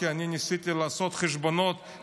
כי אני ניסיתי לעשות חשבונות,